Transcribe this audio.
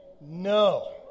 no